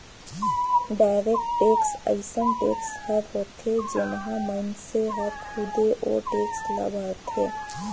direct tax अइसन tax हर होथे जेम्हां मइनसे हर खुदे ओ टेक्स ल भरथे